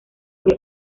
fue